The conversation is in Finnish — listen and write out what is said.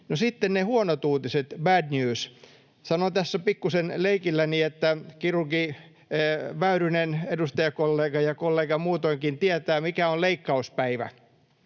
sitten ne huonot uutiset, bad news: Sanon tässä pikkuisen leikilläni, että kirurgi Väyrynen, edustajakollega ja kollega muutoinkin, tietää, mikä on leikkauspäivä.